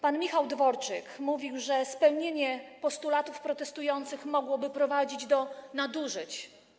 Pan Michał Dworczyk mówił, że spełnienie postulatów protestujących mogłoby prowadzić do nadużyć.